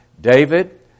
David